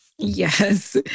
Yes